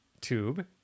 tube